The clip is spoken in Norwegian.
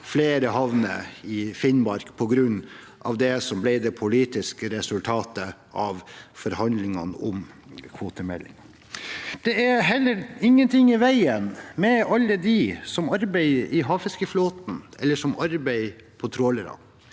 flere havner i Finnmark, på grunn av det som ble det politiske resultatet av forhandlingene om kvotemeldingen. Det er heller ingen ting i veien med alle dem som arbeider i havfiskeflåten eller på trålerne.